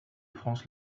france